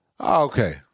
okay